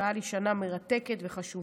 זאת היה לי שנה מרתקת וחשובה,